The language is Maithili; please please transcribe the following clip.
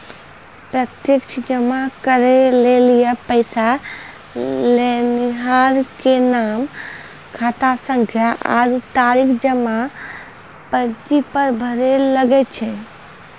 प्रत्यक्ष जमा करै लेली पैसा लेनिहार के नाम, खातासंख्या आरु तारीख जमा पर्ची पर भरै लागै छै